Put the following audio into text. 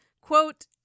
quote